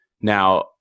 Now